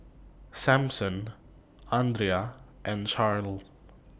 Samson Andria and Charle